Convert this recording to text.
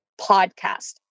podcast